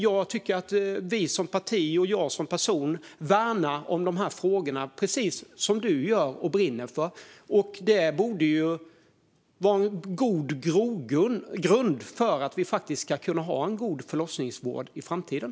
Jag tycker att vi som parti och jag som person värnar om dessa frågor precis som du gör och brinner för. Det borde vara en god grogrund för att vi faktiskt ska kunna ha en god förlossningsvård i framtiden.